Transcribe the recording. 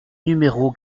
numéro